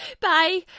Bye